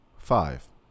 five